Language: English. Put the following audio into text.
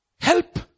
Help